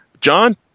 John